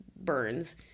burns